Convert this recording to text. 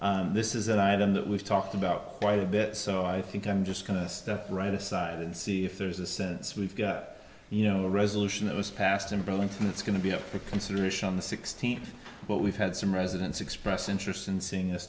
so this is an item that we've talked about quite a bit so i think i'm just going to write a side and see if there's a sense we've got you know a resolution that was passed in burlington it's going to be up for consideration on the sixteenth but we've had some residents express interest in seeing